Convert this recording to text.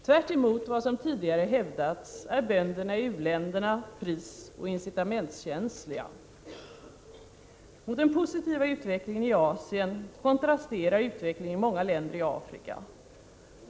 Tvärtemot vad som tidigare hävdats är bönderna i u-länderna prisoch incitamentkänsliga. Mot den positiva utvecklingen i Asien kontrasterar utvecklingen i många länder i Afrika.